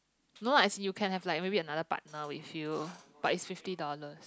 no lah as you can have like another partner with you but is fifty dollars